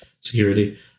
security